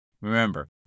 Remember